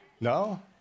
No